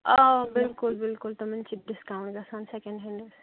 آ بِلکُل بِلکُل تِمَن چھِ ڈِسکاوُنٛٹ گژھان سٮ۪کنٛڈ ہٮ۪نٛڈَس